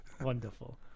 Wonderful